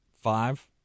five